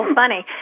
funny